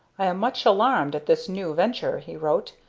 i am much alarmed at this new venture, he wrote,